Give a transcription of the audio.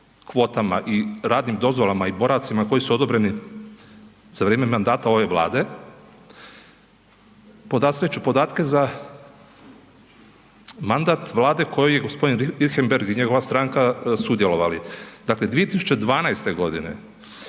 kvotama i radnim dozvolama i boravcima koji su odobreni za vrijeme mandata ove Vlade, podastrijet ću podatke za mandat vlade kojoj je gospodin Richembergh i njegova stranka sudjelovali. Dakle, 2012. godine